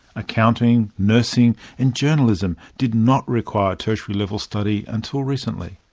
accounting, nursing and journalism did not require tertiary-level study until recently.